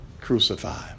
Crucified